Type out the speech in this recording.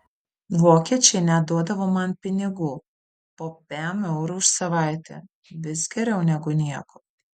vokiečiai net duodavo man pinigų po pem eurų už savaitę vis geriau negu nieko